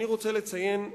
אני רוצה לציין,